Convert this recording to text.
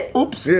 Oops